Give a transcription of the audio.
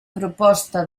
proposta